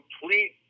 complete